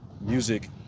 music